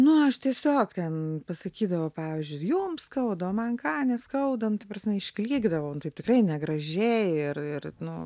nu ten visokie nu aš tiesiog ten pasakydavau pavyzdžiui jums skauda o man ką neskauda nu ta prasme išklykdavau tai tikrai negražiai ir ir nu